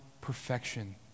perfection